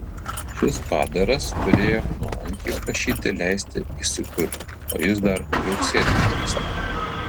šis padaras turėjo nuolankiai prašyti leisti įsikurti o jis dar viauksėti drįsta